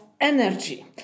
energy